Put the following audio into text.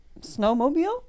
snowmobile